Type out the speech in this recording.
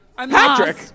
Patrick